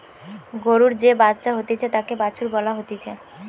গরুর যে বাচ্চা হতিছে তাকে বাছুর বলা হতিছে